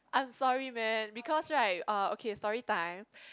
I'm sorry man because right uh okay story time